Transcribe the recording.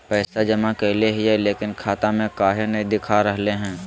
पैसा जमा कैले हिअई, लेकिन खाता में काहे नई देखा रहले हई?